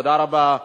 תודה רבה.